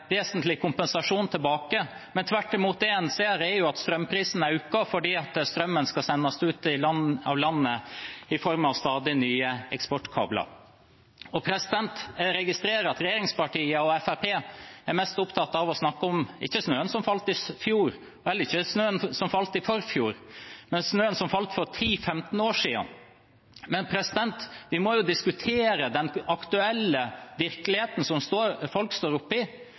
vesentlig kompensasjon tilbake, men tvert imot ser at strømprisen øker fordi strømmen skal sendes ut av landet i form av stadig nye eksportkabler. Jeg registrerer at det regjeringspartiene og Fremskrittspartiet er mest opptatt av å snakke om, ikke er snøen som falt i fjor, og heller ikke snøen som falt i forfjor, men snøen som falt for 10–15 år siden. Men vi må jo diskutere den aktuelle virkeligheten som folk står